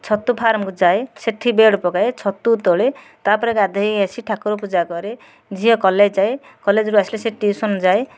ଛତୁ ଫାର୍ମକୁ ଯାଏ ସେଇଠି ବେଡ଼ ପକାଏ ଛତୁ ତୋଳେ ତାପରେ ଗାଧୋଇ ଆସି ଠାକୁର ପୂଜା କରେ ଝିଅ କଲେଜ ଯାଏ କଲେଜରୁ ଆସିଲେ ଟ୍ୟୁସନ ଯାଏ